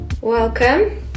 Welcome